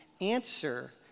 answer